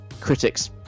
critics